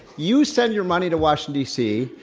you send your money to washington d. c.